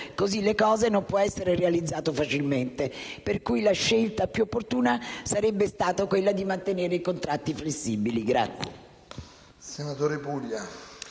così le cose, non può essere realizzato facilmente. Pertanto, la scelta più opportuna sarebbe stata quella di mantenere i contratti flessibili.